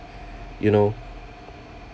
you know